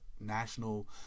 national